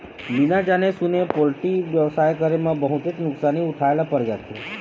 बिना जाने सूने पोल्टी बेवसाय करे म बहुतेच नुकसानी उठाए ल पर जाथे